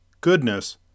goodness